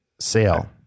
Sale